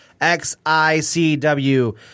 XICW